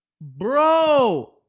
Bro